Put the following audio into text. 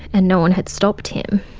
and no one had stopped him.